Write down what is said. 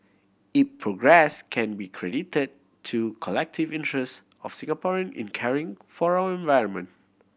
it progress can be credited to collective interests of Singaporean in caring for our environment